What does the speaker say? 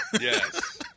yes